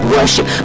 worship